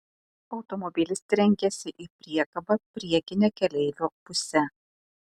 automobilis trenkėsi į priekabą priekine keleivio puse